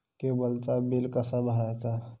केबलचा बिल कसा भरायचा?